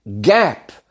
gap